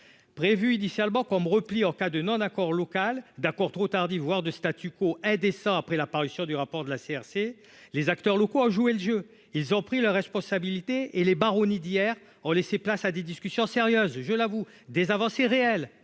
Prévu initialement comme repli en cas de non-accord local. D'accord. Trop tardive, voire de statu quo indécent après la parution du rapport de la CRC, les acteurs locaux à jouer le jeu, ils ont pris leurs responsabilités et les baronnies d'hier ont laissé place à des discussions sérieuses, je l'avoue. Des avancées réelles,